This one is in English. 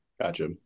Gotcha